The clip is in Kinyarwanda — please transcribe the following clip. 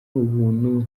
ubuntu